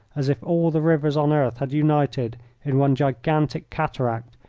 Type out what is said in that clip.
as if all the rivers on earth had united in one gigantic cataract,